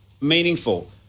meaningful